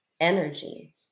energy